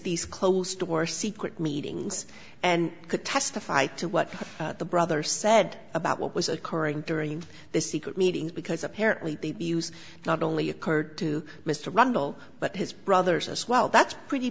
these closed door secret meetings and could testify to what the brother said about what was occurring during the secret meetings because apparently the use not only occurred to mr rundle but his brothers as well that's pretty